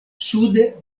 sude